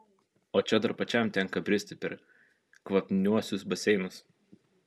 o čia dar pačiam tenka bristi per kvapniuosius baseinus